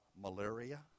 malaria